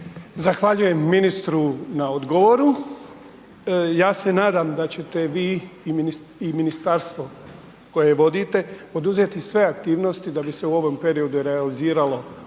Zahvaljujem ministru na odgovoru. Ja se nadam da ćete vi i ministarstvo koje vodite poduzeti sve aktivnosti da bi se u ovom periodu realiziralo ovo